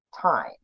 time